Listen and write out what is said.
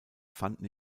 fanden